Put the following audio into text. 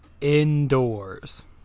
indoors